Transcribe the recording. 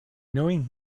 knowing